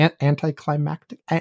Anticlimactic